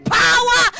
power